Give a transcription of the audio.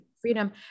Freedom